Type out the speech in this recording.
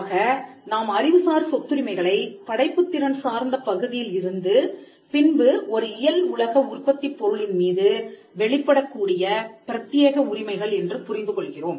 ஆக நாம் அறிவுசார் சொத்துரிமைகளை படைப்புத்திறன் சார்ந்த பகுதியில் இருந்து பின்பு ஒரு இயல் உலக உற்பத்திப் பொருளின் மீது வெளிப்படக்கூடிய பிரத்தியேக உரிமைகள் என்று புரிந்து கொள்கிறோம்